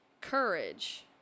Courage